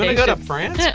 go to france? yeah